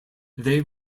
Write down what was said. they